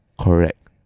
Correct